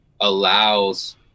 allows